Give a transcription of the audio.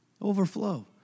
Overflow